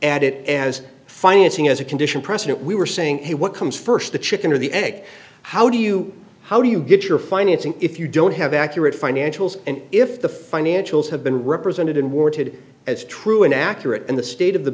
it as financing as a condition precedent we were saying what comes st the chicken or the egg how do you how do you get your financing if you don't have accurate financials and if the financials have been represented unwarranted as true and accurate and the state of the